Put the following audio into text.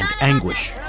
anguish